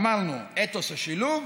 אמרנו: אתוס השילוב,